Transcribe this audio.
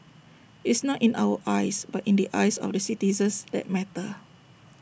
it's not in our eyes but in the eyes of the citizens that matter